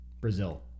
Brazil